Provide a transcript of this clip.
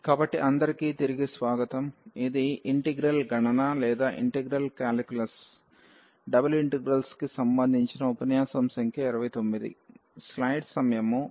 కాబట్టి అందరికి తిరిగి స్వాగతం ఇది ఇంటిగ్రల్ గణన లేదా ఇంటిగ్రల్ కాలిక్యులస్ డబుల్ ఇంటిగ్రల్స్ కి సంబంధించిన ఉపన్యాసం సంఖ్య 29